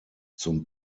zum